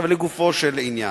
לגופו של עניין,